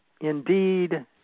indeed